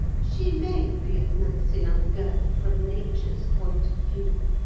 she may be a nice enough girl from nature's point of view,